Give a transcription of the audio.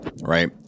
right